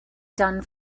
done